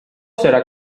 será